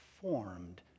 formed